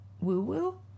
woo-woo